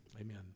Amen